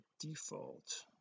default